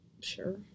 Sure